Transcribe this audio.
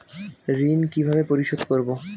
ঋণ কিভাবে পরিশোধ করব?